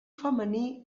femení